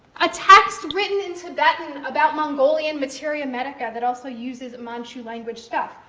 a text written in tibetan about mongolian materia medica that also uses manchu language stuff.